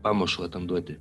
pamušalą tam duoti